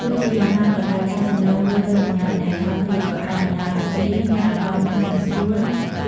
ទោះជាយ៉ាងណាក៏ដោយ ការសម្លឹងមើលទៅនរណាម្នាក់ខ្លាំងពេក ក៏អាចបណ្តាលឱ្យគេមានអារម្មណ៍ថាមិនស្រួល